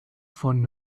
von